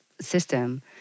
system